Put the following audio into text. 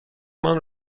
مان